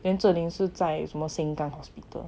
then zhi ming 是在什么 sengkang hospital